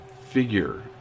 figure